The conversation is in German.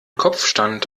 kopfstand